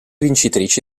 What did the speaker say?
vincitrici